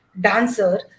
dancer